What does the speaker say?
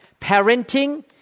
Parenting